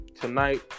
Tonight